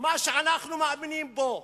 מה שאנחנו מאמינים בו.